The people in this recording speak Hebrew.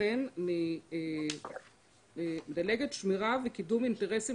וכן יפעל השירות לשמירה ולקידום של אינטרסים